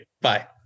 bye